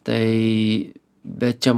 tai bet čia